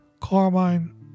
Carmine